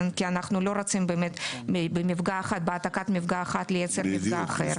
אנחנו לא רוצים שבהעתקת מפגע אחד נייצר מפגע אחר.